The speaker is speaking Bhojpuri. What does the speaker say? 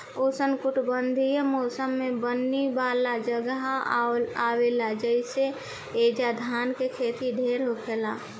उष्णकटिबंधीय मौसम में बुनी वाला जगहे आवेला जइसे ऐजा धान के खेती ढेर होखेला